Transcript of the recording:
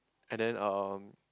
and then erm